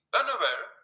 unaware